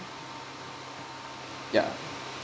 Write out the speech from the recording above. ya